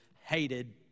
hated